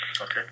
Okay